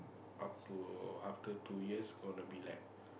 up to after two years gonna be like